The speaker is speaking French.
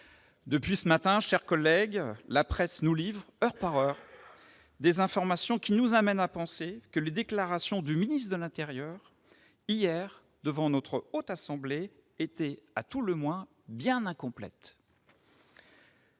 Depuis ce matin, la presse nous livre, heure après heure, des informations nous conduisant à penser que les déclarations du ministre de l'intérieur, hier, devant la Haute Assemblée, étaient à tout le moins bien incomplètes.